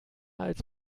als